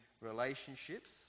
relationships